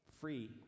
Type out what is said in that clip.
free